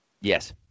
Yes